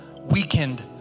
weakened